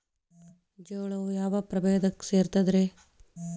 ಜೋಳವು ಯಾವ ಪ್ರಭೇದಕ್ಕ ಸೇರ್ತದ ರೇ?